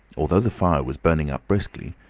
although the fire was burning up briskly,